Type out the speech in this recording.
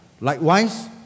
Likewise